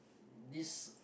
this